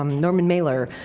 um norman mailer,